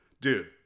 Dude